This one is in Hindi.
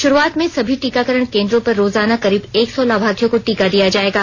शुरूआत में सभी टीकाकरण केन्द्रों पर रोजाना करीब एक सौ लाभार्थियों को टीका दिया जायेगा